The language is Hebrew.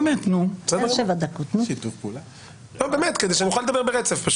כדי שאני אוכל לדבר ברצף.